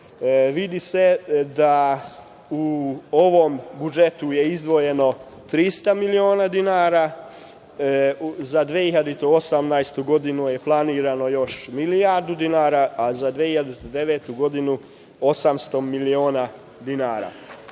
da je u ovom budžetu izdvojeno 300 miliona dinara, za 2018. godinu je planirano još milijardu dinara, a za 2009. godinu 800 miliona dinara.